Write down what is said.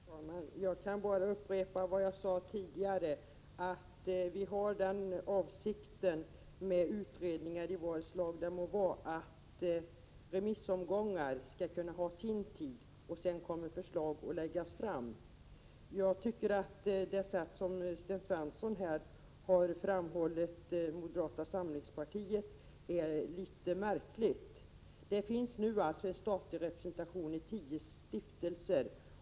Herr talman! Jag kan bara upprepa vad jag sade tidigare. Vi har den avsikten med utredningar av vilket slag de än månde vara att remissomgångar skall kunna ha sin tid, och sedan kommer förslag att läggas fram. Jag tycker att det sätt som Sten Svensson har framhållit moderata samlingspartiet på är litet märkligt. Det finns nu statlig representation i tio stiftelser.